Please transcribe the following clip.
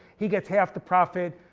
he gets half the profit.